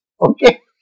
Okay